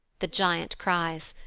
the giant cries,